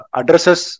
addresses